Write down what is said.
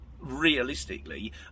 realistically